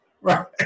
right